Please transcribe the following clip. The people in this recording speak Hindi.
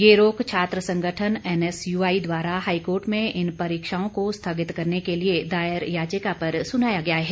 ये रोक छात्र संगठन एनयूएसआई द्वारा हाईकोर्ट में इन परीक्षाओं को स्थगित करने के लिए दायर याचिका पर सुनाया गया है